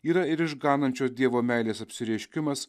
yra ir išganančio dievo meilės apsireiškimas